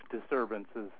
disturbances